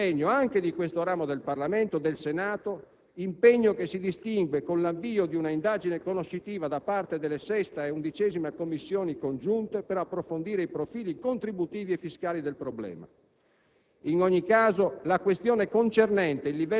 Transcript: Sul fronte salariale, va ricordato l'impegno anche di questo ramo del Parlamento: impegno che si distingue con l'avvio di un'indagine conoscitiva, da parte delle Commissioni 6a e 11a riunite, per approfondire i profili contributivi e fiscali del problema.